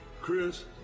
Chris